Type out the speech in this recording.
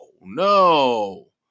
no